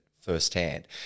firsthand